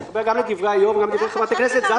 אני אומר גם לדברי היו"ר וגם לדברי ח"כ זנדברג,